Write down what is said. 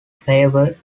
flavor